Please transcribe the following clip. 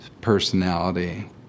personality